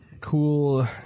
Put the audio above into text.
cool